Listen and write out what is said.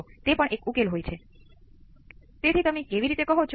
તો તે શું છે જે આ પ્રથમ ઓર્ડર બનાવે છે